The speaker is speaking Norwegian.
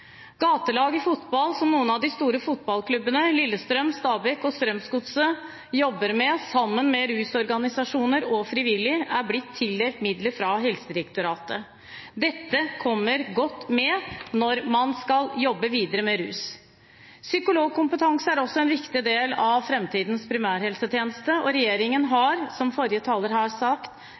Gatelag i fotball, som noen av de store fotballklubbene, Lillestrøm, Stabæk og Strømsgodset, jobber med, sammen med rusorganisasjoner og frivillige, er blitt tildelt midler fra Helsedirektoratet. Dette kommer godt med når man skal jobbe videre med rus. Psykologkompetanse er også en viktig del av framtidens primærhelsetjeneste, og regjeringen har, som forrige taler